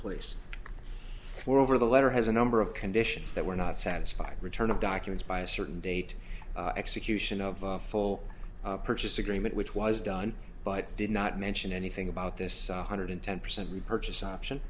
place or over the letter has a number of conditions that were not satisfied return of documents by a certain date execution of a full purchase agreement which was done but did not mention anything about this one hundred ten percent repurchase option